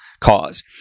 cause